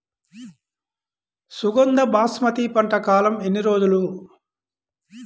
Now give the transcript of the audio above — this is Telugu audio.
సుగంధ బాస్మతి పంట కాలం ఎన్ని రోజులు?